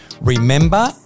remember